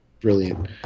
Brilliant